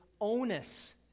onus